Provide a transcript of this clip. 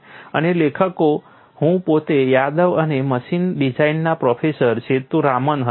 અને લેખકો હું પોતે યાદવ અને મશીન ડિઝાઇનના પ્રોફેસર સેતુરામન હતા